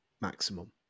maximum